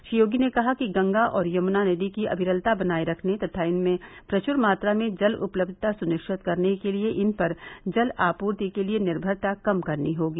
श्री योगी ने कहा कि गंगा और यमुना नदी की अविरलता बनाये रखने तथा इनमें प्रचुर मात्रा में जल उपलब्धता सुनिश्चित करने के लिए इन पर जल आपूर्ति के लिए निर्मरता कम करनी होगी